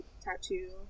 tattoo